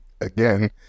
again